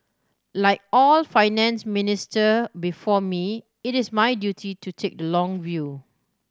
like all Finance Minister before me it is my duty to take the long view